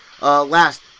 last